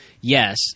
Yes